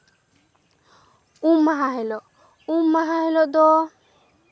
ᱩᱢ ᱢᱟᱦᱟ ᱦᱤᱞᱳᱜ ᱩᱢ ᱢᱟᱦᱟ ᱦᱤᱞᱳᱜ ᱫᱚ